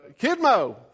Kidmo